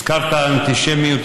הזכרת אנטישמיות,